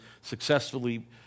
successfully